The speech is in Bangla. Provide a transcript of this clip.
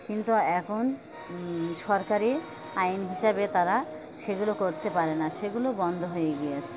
কিন্তু এখন সরকারি আইন হিসাবে তারা সেগুলো করতে পারে না সেগুলো বন্ধ হয়ে গিয়েছে